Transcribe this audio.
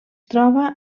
troba